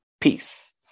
Peace